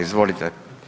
Izvolite.